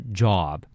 job